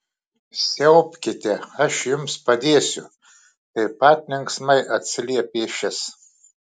siaubkite aš jums padėsiu taip pat linksmai atsiliepė šis